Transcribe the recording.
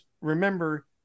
remember